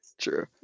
True